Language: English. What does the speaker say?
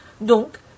donc